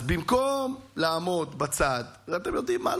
אז במקום לעמוד בצד, ואתם יודעים מה?